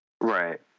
Right